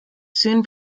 soon